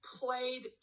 played